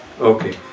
Okay